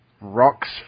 Rock's